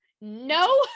No